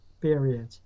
period